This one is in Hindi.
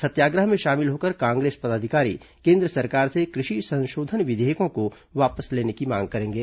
सत्याग्रह में शामिल होकर कांग्रेस पदाधिकारी केन्द्र सरकार से कृषि संशोधन विधेयकों को वापस लेने की मांग करेंगे